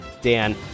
Dan